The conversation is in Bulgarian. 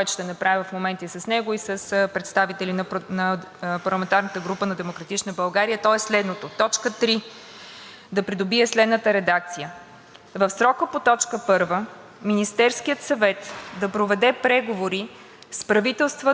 да придобие следната редакция: „3. В срока по точка първа Министерският съвет да проведе преговори с правителствата на съюзниците в НАТО и партньорите в Европейския съюз за придобиване, предоставяне или разполагане